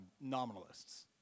nominalists